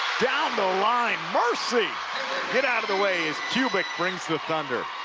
down the line, mercy get out of the way, as kubik brings the thunder.